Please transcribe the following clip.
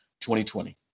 2020